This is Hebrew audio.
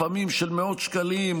לפעמים של מאות שקלים,